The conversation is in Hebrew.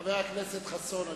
חבר הכנסת חסון.